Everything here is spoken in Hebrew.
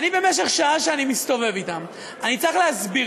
במשך שעה שאני מסתובב אתם אני צריך להסביר